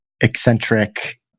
eccentric